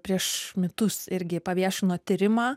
prieš metus irgi paviešino tyrimą